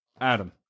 Adam